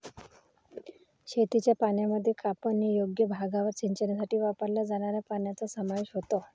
शेतीच्या पाण्यामध्ये कापणीयोग्य भागावर सिंचनासाठी वापरल्या जाणाऱ्या पाण्याचा समावेश होतो